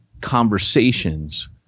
conversations